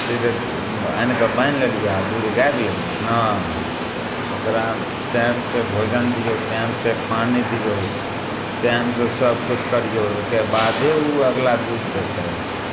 सीधे आनिकऽ बान्हि लेलिए आओर दूध गाड़ि लेलिए नहि ओकरा टाइमसे भोजन दिऔ टाइमसे पानी दिऔ टाइमसे सबकिछु करिऔ ओहिके बादे ओ अगिला दूध देतै